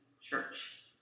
Church